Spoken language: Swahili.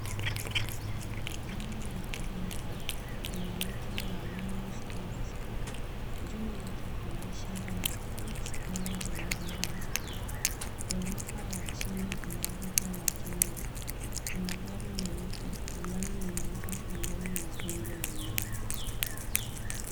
Jengo la ghorofa, linaitwa Ramani's Corner Square. Juu yake kuna ishara ya Fade's College and Driving School. Ghorofa ya chini ina duka la chemist . Kuna gari nyeupe ambalo limeegeshwa mbele na rundo la mawe.